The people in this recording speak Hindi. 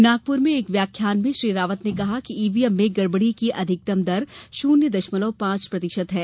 नागपुर में एक व्याख्यान में श्री रावत ने कहा कि ईवीएम में गडबडी की अधिकतम दर शुन्य दशमलव पांच प्रतिशत है